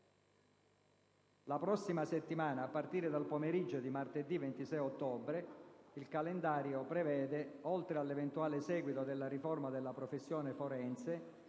La prossima settimana, a partire dal pomeriggio di martedì 26 ottobre, il calendario prevede, oltre all'eventuale seguito della riforma della professione forense,